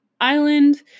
island